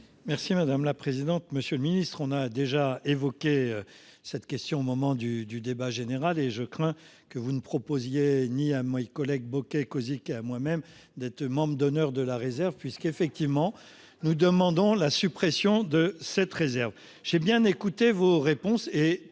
Merci madame la présidente, monsieur le ministre, on a déjà évoqué cette question au moment du du débat général et je crains que vous ne proposiez ni à moi collègue Bocquet Kosica moi-même d'être membre d'honneur de la réserve puisqu'effectivement nous demandons la suppression de cette réserve. J'ai bien écouté vos réponses.